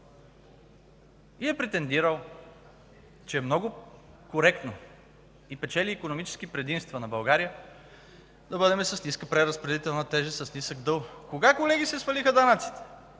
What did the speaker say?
и е претендирал, че е много коректно, печели икономически предимства на България да бъдем с ниска преразпределителна тежест, с нисък дълг. Кога, колеги, се свалиха данъците?